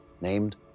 named